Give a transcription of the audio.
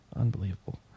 Unbelievable